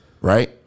right